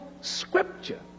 scripture